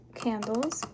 candles